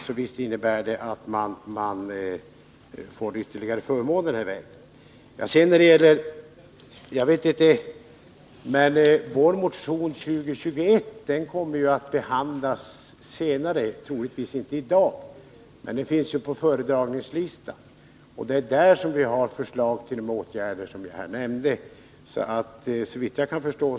Förslaget innebär alltså att vissa skogsägare erhåller ytterligare förmåner. Vår motion 2021 kommer ju att behandlas senare — det blir troligtvis inte i dag, men den finns upptagen på föredragningslistan. Det är i den motionen tiska åtgärder tiska åtgärder som vi framför förslag om de åtgärder som jag här nämnt.